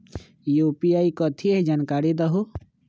UPI कथी है? जानकारी दहु